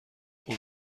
اون